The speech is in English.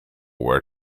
where